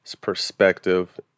perspective